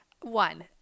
One